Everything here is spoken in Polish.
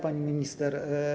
Pani Minister!